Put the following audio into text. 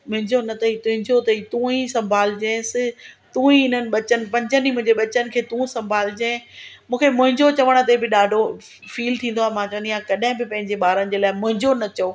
मुंहिंजो न अथई तुंहिंजो अथई तू ई संभाल जइंसि तू ई हिननि बचनि भंजनी मुंहिंजे बचनि खे तू संभाल जइं मूंखे मुंहिंजो चवण ते बि ॾाढो फील थींदो आहे मां चवंदी आहिंयां कॾहिं बि पंहिंजे ॿारनि जे लाइ मुंहिंजो न चओ